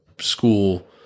school